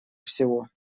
всего